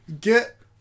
get